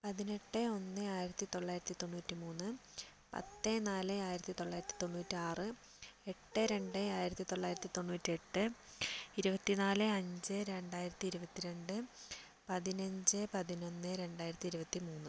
പതിനെട്ട് ഒന്ന് ആയിരത്തി തൊള്ളായിരത്തി തൊണ്ണൂറ്റി മൂന്ന് പത്ത് നാല് ആയിരത്തി തൊള്ളായിരത്തി തൊണ്ണൂറ്റാറ് എട്ട് രണ്ട് ആയിരത്തി തൊള്ളായിരത്തി തൊണ്ണൂറ്റി എട്ട് ഇരുപത്തി നാല് അഞ്ച് രണ്ടായിരത്തി ഇരുപത്തി രണ്ട് പതിനഞ്ച് പതിനൊന്ന് രണ്ടായിരത്തി ഇരുപത്തി മൂന്ന്